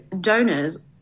donors